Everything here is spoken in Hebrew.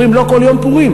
אומרים לא כל יום פורים,